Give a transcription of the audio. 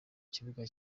kibuga